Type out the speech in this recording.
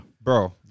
Bro